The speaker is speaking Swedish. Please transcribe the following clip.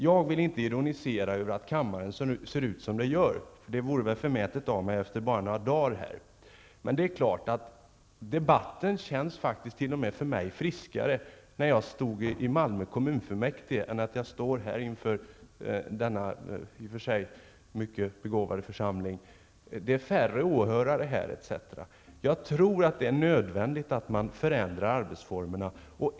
Jag vill inte ironisera över att kammaren ser ut son den gör -- det vore förmätet av mig efter bara några dagar här -- men debatten kändes friskare i Malmö kommunfullmäktige än i denna, i och för sig mycket begåvade, församling. Det är bl.a. färre åhörare här. Jag tror att det är nödvändigt att förändra arbetsformerna.